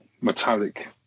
metallic